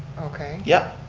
okay. yeah.